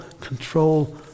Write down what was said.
control